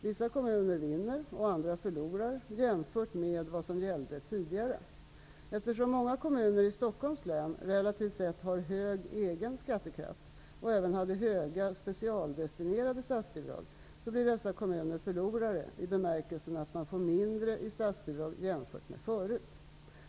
Vissa kommuner vinner och andra förlorar jämfört med vad som gällde tidigare. Eftersom många kommuner i Stockholms län relativt sett har hög egen skattekraft och även hade höga specialdestinerade statsbidrag, blir dessa kommuner förlorare i bemärkelsen att man får mindre i statsbidrag jämfört med förut.